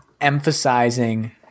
emphasizing